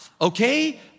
Okay